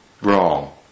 wrong